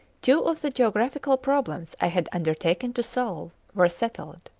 two of the geographical problems i had undertaken to solve were settled.